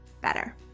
better